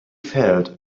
felt